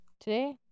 today